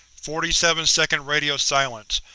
forty seven second radio silence.